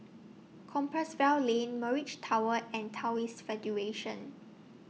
Compassvale Lane Mirage Tower and Taoist Federation